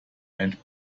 and